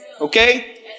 Okay